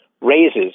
raises